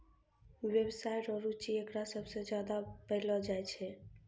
व्यवसाय रो रुचि एकरा सबसे ज्यादा पैलो जाय छै